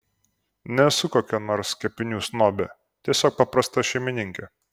nesu kokia nors kepinių snobė tiesiog paprasta šeimininkė